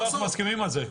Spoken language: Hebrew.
פה אנחנו מסכימים על זה.